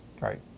Right